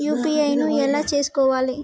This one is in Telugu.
యూ.పీ.ఐ ను ఎలా చేస్కోవాలి?